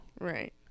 Right